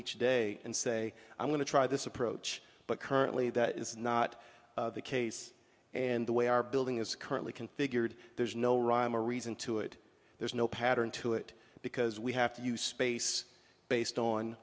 each day and say i'm going to try this approach but currently that is not the case and the way our building is currently configured there's no rhyme or reason to it there's no pattern to it because we have to use space based on